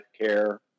care